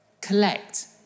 collect